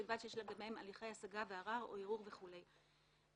ובלבד שישי לגביהם הליכי השגה וערר או ערעור לפי כל דין...".